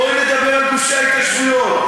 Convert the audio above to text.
בואי נדבר על גושי ההתיישבות,